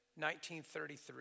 1933